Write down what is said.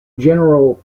general